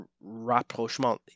rapprochement